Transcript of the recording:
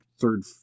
third